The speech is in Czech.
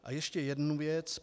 A ještě jednu věc.